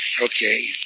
Okay